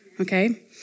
okay